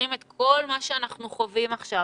לוקחים את כל מה שאנחנו חווים עכשיו,